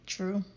True